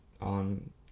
on